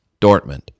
Dortmund